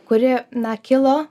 kuri na kilo